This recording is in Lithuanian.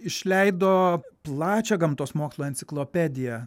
išleido plačią gamtos mokslų enciklopediją